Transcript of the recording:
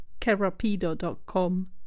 kerapido.com